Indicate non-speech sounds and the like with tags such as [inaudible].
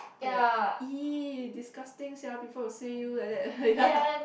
then like !ee! disgusting sia people will say you like that [laughs] ya